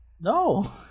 no